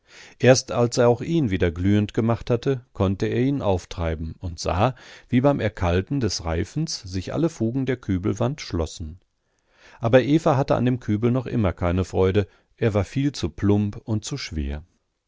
erst als er auch ihn wieder glühend gemacht hatte konnte er ihn auftreiben und sah wie beim erkalten des reifens sich alle fugen der kübelwand schlössen aber eva hatte an dem kübel noch immer keine freude er war viel zu plump und zu schwer